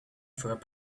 through